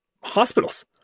hospitals